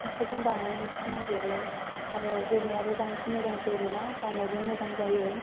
आखाइजों बानायनाय सि नागिरो आरो जोरनायाबो बांसिन मोजां जोरोना गाननोबो मोजां जायो